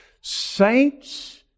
saints